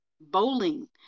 Bowling